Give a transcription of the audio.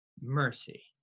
mercy